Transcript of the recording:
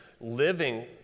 living